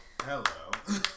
Hello